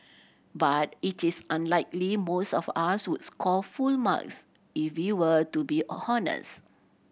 but it is unlikely most of us would score full marks if we were to be honest